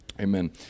Amen